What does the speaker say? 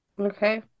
Okay